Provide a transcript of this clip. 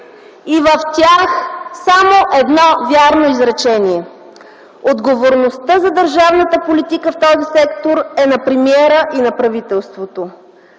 и в тях има само едно вярно изречение: отговорността за държавната политика в този сектор е на премиера и на правителството.